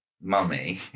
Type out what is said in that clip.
mummy